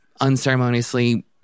unceremoniously